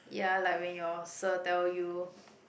ya like when your sir tell you